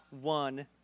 one